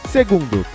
Segundo